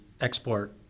export